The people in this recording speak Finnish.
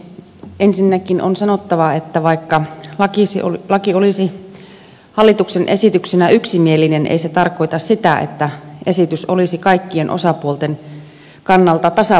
ensinnäkin on sanottava että vaikka laki olisi hallituksen esityksenä yksimielinen ei se tarkoita sitä että esitys olisi kaikkien osapuolten kannalta tasapuolinen